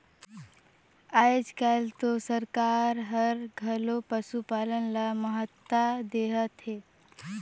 आयज कायल तो सरकार हर घलो पसुपालन ल महत्ता देहत हे